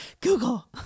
Google